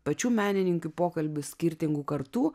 pačių menininkų pokalbis skirtingų kartų